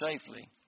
safely